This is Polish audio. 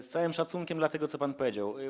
Z całym szacunkiem dla tego, co pan powiedział.